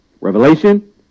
Revelation